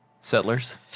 Settlers